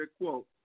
quote